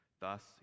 Thus